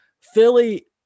Philly